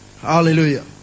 Hallelujah